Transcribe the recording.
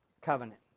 covenant